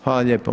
Hvala lijepa.